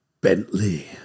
Bentley